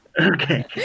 Okay